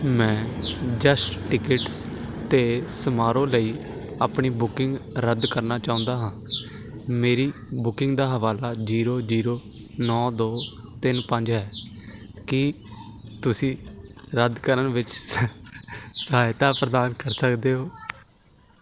ਮੈਂ just tickets 'ਤੇ ਸਮਾਰੋਹ ਲਈ ਆਪਣੀ ਬੁਕਿੰਗ ਰੱਦ ਕਰਨਾ ਚਾਹੁੰਦਾ ਹਾਂ ਮੇਰੀ ਬੁਕਿੰਗ ਦਾ ਹਵਾਲਾ ਜੀਰੋ ਜੀਰੋ ਨੌਂ ਦੋ ਤਿੰਨ ਪੰਜ ਹੈ ਕੀ ਤੁਸੀਂ ਰੱਦ ਕਰਨ ਵਿੱਚ ਸ ਸਹਾਇਤਾ ਪ੍ਰਦਾਨ ਕਰ ਸਕਦੇ ਹੋ